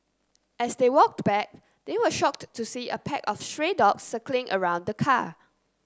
as they walked back they were shocked to see a pack of stray dogs circling around the car